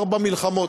ארבע מלחמות.